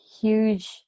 huge